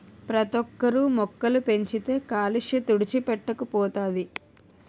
ప్రతోక్కరు మొక్కలు పెంచితే కాలుష్య తుడిచిపెట్టుకు పోతది